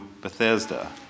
Bethesda